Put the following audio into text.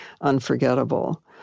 unforgettable